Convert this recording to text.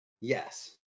Yes